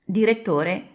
direttore